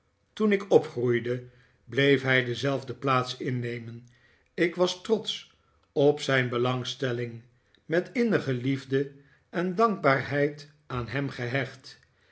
toen ik opgroeide bleef hij dezelfde plaats innemen ik was trotsch op zijn belangstelling met innige liefde en dankbaarheid aan hem gehecht